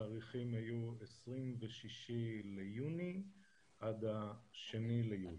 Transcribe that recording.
התאריכים היו 26 ביוני עד ה-2 ביולי.